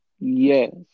Yes